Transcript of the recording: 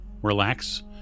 Relax